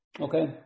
Okay